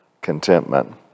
contentment